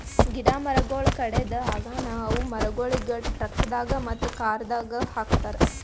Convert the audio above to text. ಗಿಡ ಮರಗೊಳ್ ಕಡೆದ್ ಆಗನ ಅವು ಮರಗೊಳಿಗ್ ಟ್ರಕ್ದಾಗ್ ಮತ್ತ ಕಾರದಾಗ್ ಹಾಕತಾರ್